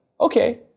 okay